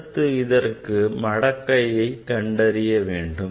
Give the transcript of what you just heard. அடுத்து இதற்கு மடக்கையை கண்டறிய வேண்டும்